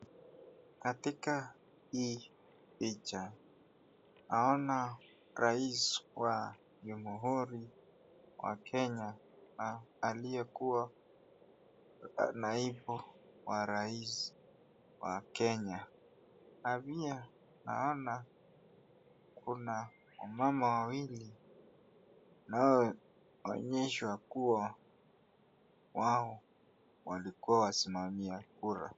Katika hii picha naona rais wa jamuhuri wa kenya na aliyekuwa naibu wa rais wa kenya na pia naona kuna wamama wawili tunaoonyeshwa kuwa wao walikuwa wasimamia kura.